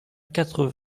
quatre